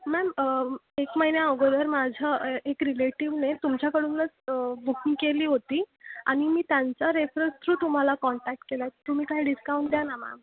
ma'am एक महिन्या अगोदर माझ्या एक रिलेटिवने तुमच्याकडूनच बुकिंग केली होती आणि मी त्यांचा रेफरन्स थ्रू तुम्हाला कॉन्टॅक्ट केला आहे तुम्ही काही डिस्काउंट द्या ना मॅम